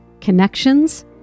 connections